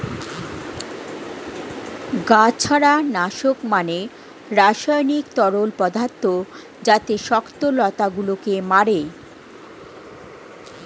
গাছড়া নাশক মানে রাসায়নিক তরল পদার্থ যাতে শক্ত লতা গুলোকে মারে